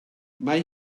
mae